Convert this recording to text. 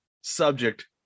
subject